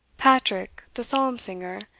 patrick the psalm-singer,